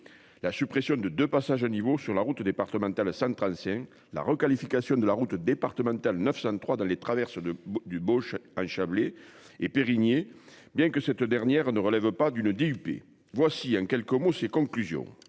La suppression de, de passage à niveau sur la route départementale centre ancien la requalification de la route départementale 903, dans les traverses de du à Chablais et Périgny bien que cette dernière ne relève pas d'une d'IUP, voici en quelques mots ses conclusions